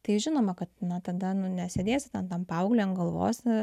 tai žinoma kad na tada nu nesėdėsi tu tam paaugliui ant galvos